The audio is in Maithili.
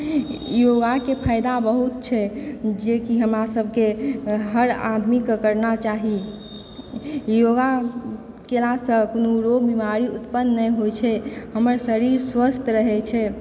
योगाके फायदा बहुत छै जे कि हमरा सभके हर आदमीके करना चाही योगा केला सऽ कोनो रोग बीमारी उत्पन्न नहि होइ छै हमर शरीर स्वस्थ रहै छै